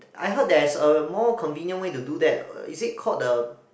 I heard there is a more convenient way to do that is it called the